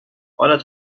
حالت